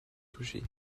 touchés